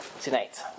tonight